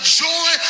joy